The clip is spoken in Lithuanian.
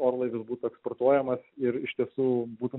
orlaivis būtų eksportuojamas ir iš tiesų būtų